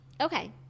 Okay